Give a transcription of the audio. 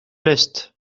leste